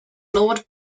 lord